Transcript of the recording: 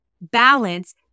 balance